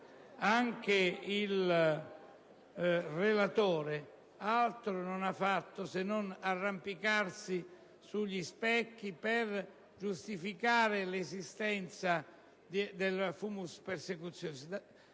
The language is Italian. anche il relatore altro non ha fatto se non arrampicarsi sugli specchi per giustificare l'esistenza del *fumus persecutionis*.